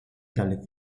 dalle